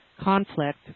conflict